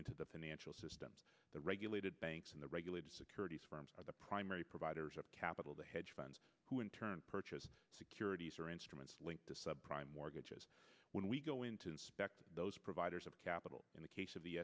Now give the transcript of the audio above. into the financial systems the regulated banks and the regulated securities firms are the primary providers of capital to hedge funds who in turn purchased securities or instruments linked to subprime mortgages when we go into inspect those providers of capital in the case of the